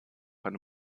eine